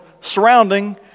surrounding